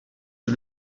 que